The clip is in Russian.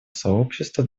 сообщества